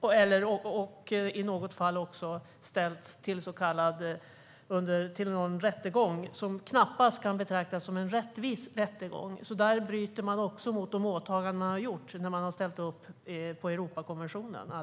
I något fall har de ställts inför rätta i något som knappast kan betraktas som en rättvis rättegång. Där bryter man mot åtaganden i Europakonventionen.